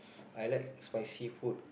I like spicy food